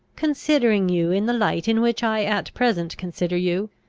considering you in the light in which i at present consider you,